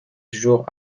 jours